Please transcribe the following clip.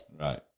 Right